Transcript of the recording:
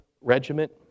Regiment